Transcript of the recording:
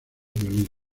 unir